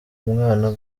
umwana